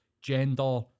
gender